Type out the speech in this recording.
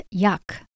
yuck